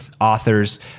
authors